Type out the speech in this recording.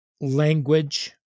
language